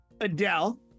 Adele